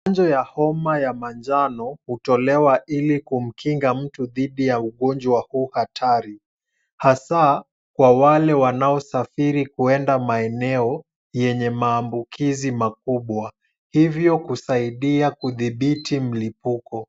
Chanjo ya homa ya manjano hutolewa ili kumkinga mtu dhidi ya ugonjwa huu mkali, hasaa kwa wale wanaosafiri kwende maeneo yenye maambukizi makubwa. Hivyo kusaidia kudhibiti mlipuko.